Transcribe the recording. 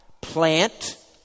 Plant